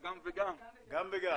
שהיה גם בוועדה.